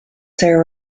sir